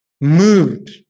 moved